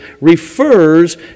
refers